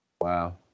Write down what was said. Wow